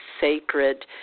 sacred